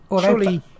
Surely